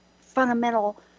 fundamental